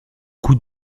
coup